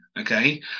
okay